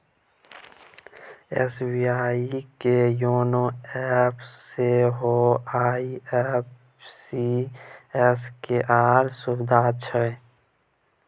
SBI के YONO एपमे सेहो आई.एम.पी.एस केर सुविधा छै